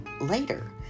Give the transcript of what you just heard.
later